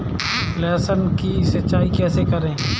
लहसुन की सिंचाई कैसे करें?